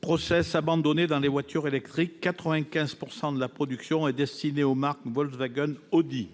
process abandonné dans les voitures électriques. La production est, à 95 %, destinée aux marques Volkswagen-Audi.